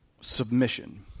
submission